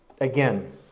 again